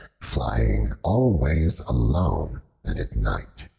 flying always alone and at night.